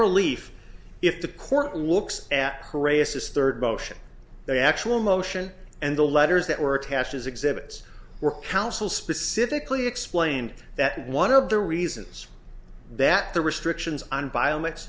relief if the court looks at prey asus third motion the actual motion and the letters that were attached as exhibits were counsel specifically explained that one of the reasons that the restrictions on bio mix